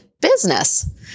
business